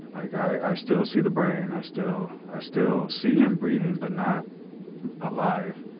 like i still see the brain, i still i still see him breathing but not alive